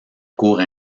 cour